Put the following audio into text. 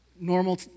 Normal